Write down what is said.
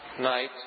night